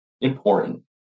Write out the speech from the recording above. important